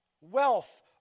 wealth